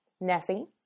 Nessie